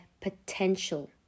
potential